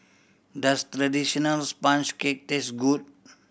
does traditional sponge cake taste good